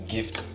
Gift